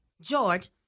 George